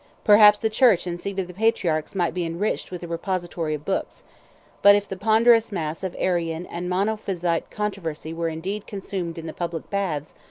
perhaps the church and seat of the patriarchs might be enriched with a repository of books but if the ponderous mass of arian and monophysite controversy were indeed consumed in the public baths,